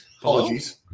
Apologies